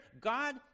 God